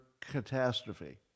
catastrophe